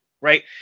right